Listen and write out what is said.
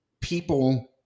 people